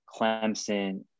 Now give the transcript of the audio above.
Clemson